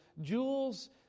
jewels